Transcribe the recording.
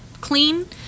clean